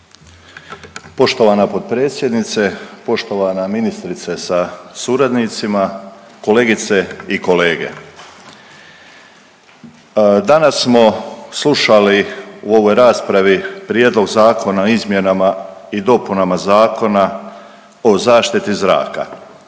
Izvolite. **Budalić, Ivan (HDZ)** suradnicima, kolegice i kolege, danas smo slušali u ovoj raspravi Prijedlog Zakona o izmjenama i dopunama Zakona o zaštiti zraka.